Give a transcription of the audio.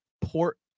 port